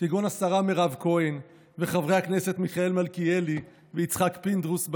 כגון השרה מירב כהן וחברי הכנסת מיכאל מלכיאלי ויצחק פינדרוס,